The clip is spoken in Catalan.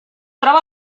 troba